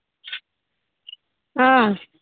ꯑꯥ